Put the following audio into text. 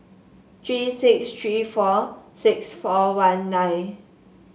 three six three four six four one nine